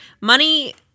money